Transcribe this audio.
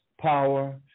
power